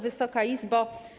Wysoka Izbo!